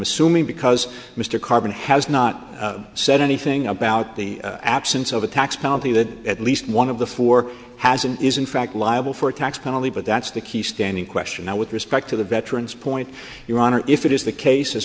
assuming because mr carbon has not said anything about the absence of a tax policy that at least one of the four has and is in fact liable for a tax penalty but that's the key standing question now with respect to the veterans point your honor if it is the case